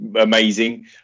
amazing